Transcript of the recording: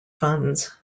funds